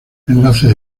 enlaces